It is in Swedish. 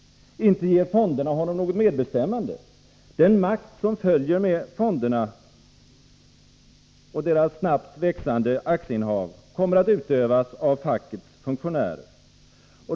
Inte ger fonderna honom något medbestämmande. Den makt som följer med fonderna och deras snabbt växande aktieinnehav kommer att utövas av fackets funktionärer.